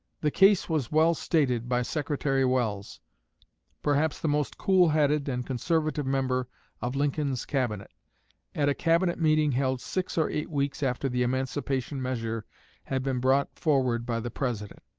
the case was well stated by secretary welles perhaps the most cool-headed and conservative member of lincoln's cabinet at a cabinet meeting held six or eight weeks after the emancipation measure had been brought forward by the president.